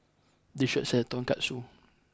this shop sells Tonkatsu